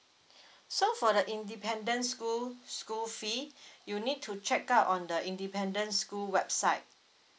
so for the independent school school fee you need to check out on the independent school website